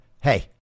Hey